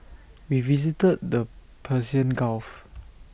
we visited the Persian gulf